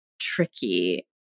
tricky